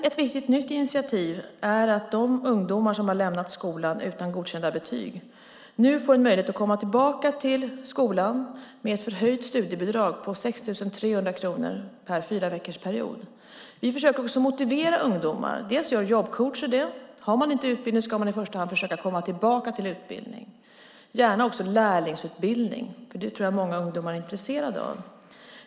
Ett viktigt nytt initiativ är att de ungdomar som har lämnat skolan utan godkända betyg nu får möjlighet att komma tillbaka till skolan med ett förhöjt studiebidrag på 6 300 kronor per fyraveckorsperiod. Vi försöker också motivera ungdomar. Det gör jobbcoacher. Har man inte utbildning ska man i första hand försöka komma tillbaka till utbildningen, gärna också lärlingsutbildning, som jag tror att många ungdomar är intresserade av.